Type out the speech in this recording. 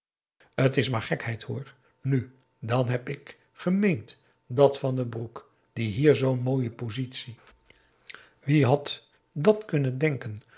t is maar gekheid hoor nu dan ik heb gemeend dat van den broek die hier zoo'n mooie positie wie had dat kunnen denken